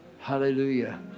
Hallelujah